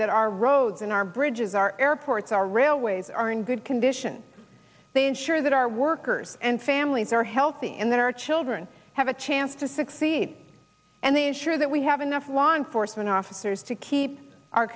that our roads and our bridges our airports our railways are in good condition they ensure that our workers and families are healthy and that our children have a chance to succeed and they ensure that we have enough long foresman officers to keep our